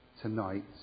tonight